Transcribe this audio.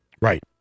Right